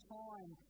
time